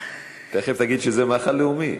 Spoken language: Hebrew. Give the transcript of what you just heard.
תכף תגיד שזה מאכל לאומי.